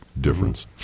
difference